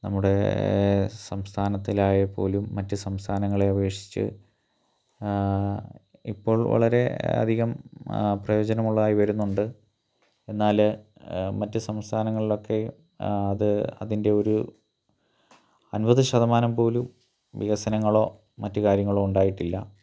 നമ്മുടെ സംസ്ഥാനത്തിലായാൽ പോലും മറ്റ് സംസ്ഥാനങ്ങളെ അപേക്ഷിച്ച് ഇപ്പോൾ വളരെ അധികം പ്രയോജനമുള്ളതായി വരുന്നുണ്ട് എന്നാൽ മറ്റ് സംസ്ഥാനങ്ങളിലൊക്കെ അത് അതിൻ്റെ ഒരു അമ്പത് ശതമാനം പോലും വികസനങ്ങളോ മറ്റ് കാര്യങ്ങളോ ഉണ്ടായിട്ടില്ല